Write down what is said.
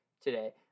today